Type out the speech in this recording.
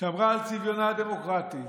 שמרה על צביונה הדמוקרטי,